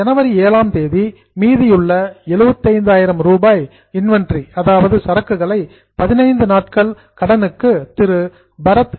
ஜனவரி 7ஆம் தேதி மீதமுள்ள 75000 ரூபாய் இன்வெண்டரி சரக்குகளை 15 நாட்கள் கிரெடிட் கடனுக்கு திரு பாரத் Mr